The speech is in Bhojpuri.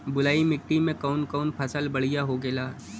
बलुई मिट्टी में कौन कौन फसल बढ़ियां होखेला?